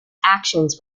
actions